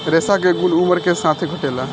रेशा के गुन उमर के साथे घटेला